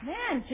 Man